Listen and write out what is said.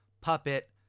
puppet